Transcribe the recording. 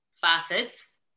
facets